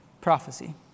prophecy